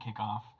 kickoff